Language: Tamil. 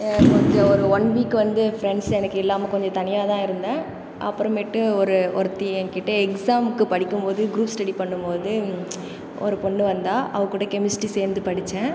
எனக்கு கொஞ்சம் ஒரு ஒன் வீக் வந்து ஏ ஃபிரண்ட்ஸ் எனக்கு இல்லாமல் கொஞ்சம் தனியாக தான் இருந்தேன் அப்புறமேட்டு ஒரு ஒருத்தி எங்கிட்ட எக்ஸாமுக்கு படிக்கும்போது குரூப் ஸ்டடி பண்ணும் போது ஒரு பொண்ணு வந்தா அவ கூட கெமிஸ்ட்ரி சேர்ந்து படிச்சேன்